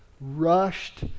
rushed